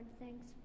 Thanks